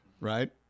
Right